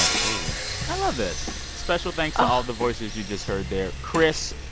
ah totally i love this. special thanks to all the voices you just heard there chris,